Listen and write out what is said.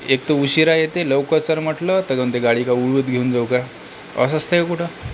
एक तर उशिरा येते लवकर चल म्हटलं तर म्हणते गाडी का उडत घेऊन जाऊ का असं असते का कुठं